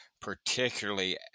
particularly